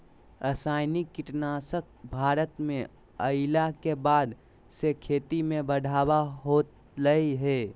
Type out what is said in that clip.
रासायनिक कीटनासक भारत में अइला के बाद से खेती में बढ़ावा होलय हें